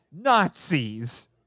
nazis